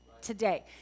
today